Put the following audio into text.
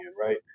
right